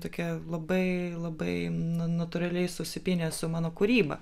tokia labai labai na natūraliai susipynė su mano kūryba